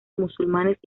musulmanes